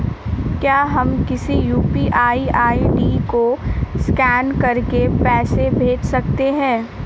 क्या हम किसी यू.पी.आई आई.डी को स्कैन करके पैसे भेज सकते हैं?